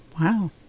Wow